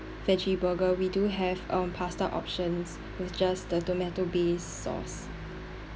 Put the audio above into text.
veggie burger we do have um pasta options with just the tomato base sauce